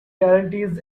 guarantees